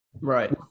Right